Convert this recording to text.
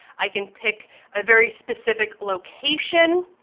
i can pick a very specific location,